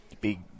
big